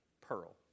pearl